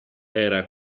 era